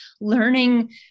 learning